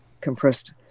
compressed